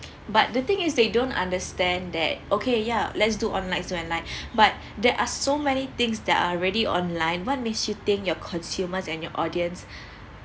but the thing is they don't understand that okay yeah let's do online do online but there are so many things that already online what makes you think your consumers and your audience